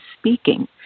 speaking